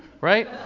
Right